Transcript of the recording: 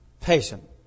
patient